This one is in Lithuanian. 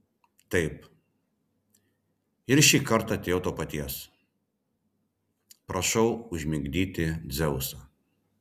taip ir šį kartą atėjau to paties prašau užmigdyti dzeusą